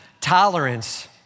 Tolerance